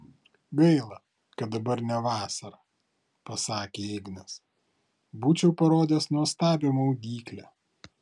gaila kad dabar ne vasara pasakė ignas būčiau parodęs nuostabią maudyklę